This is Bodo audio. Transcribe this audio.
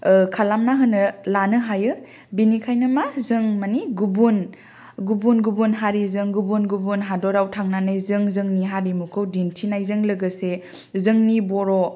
खालामना होनो लानो हायो बेनिखायनो मा जों मानि गुबुन गुबुन गुबुन हारिजों गुबुन गुबुन हादराव थांनानै जों जोंनि हारिमुखौ दिनथिनायजों लोगोसे जोंनि बर'